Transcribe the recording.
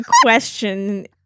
question